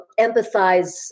empathize